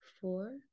four